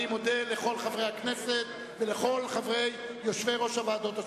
אני מודה לכל חברי הכנסת ולכל יושבי-ראש הוועדות.